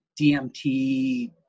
DMT